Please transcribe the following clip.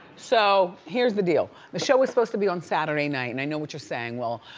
so here's the deal. the show was supposed to be on saturday night and i know what you're saying well,